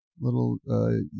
little